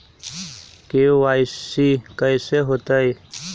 KYC कैसे होतई?